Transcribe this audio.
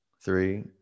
three